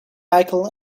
micheal